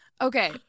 okay